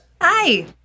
Hi